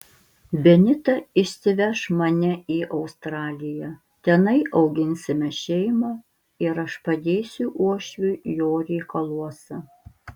benita išsiveš mane į australiją tenai auginsime šeimą ir aš padėsiu uošviui jo reikaluose